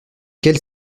quel